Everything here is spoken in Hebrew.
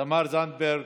תמר זנדברג,